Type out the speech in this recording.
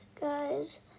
guys